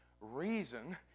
reason